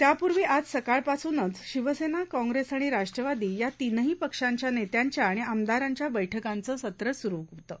त्यापूर्वी आज सकाळपासूनच शिवसेना काँप्रेस आणि राष्ट्रवाद आ तव्हि पेक्षांच्या नेत्यांच्या आणि आमदारांच्या बैठकांचं सत्र सुरू होतं